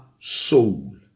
soul